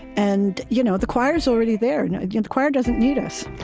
and you know the choir is already there the choir doesn't need us